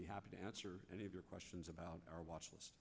be happy to answer any of your questions about our watchlist